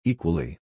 Equally